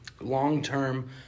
long-term